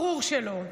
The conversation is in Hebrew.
ברור שלא,